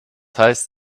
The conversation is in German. heißt